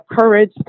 courage